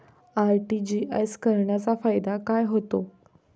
RTGS करण्याचा फायदा काय होतो?